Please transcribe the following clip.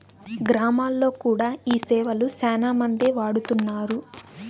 గ్రామాల్లో కూడా ఈ సేవలు శ్యానా మందే వాడుతున్నారు